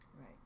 Right